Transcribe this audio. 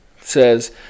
Says